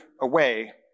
away